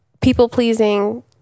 people-pleasing